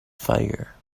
fire